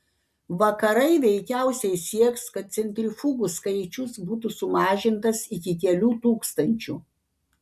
vakarai veikiausiai sieks kad centrifugų skaičius būtų sumažintas iki kelių tūkstančių